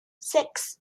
six